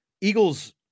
Eagles –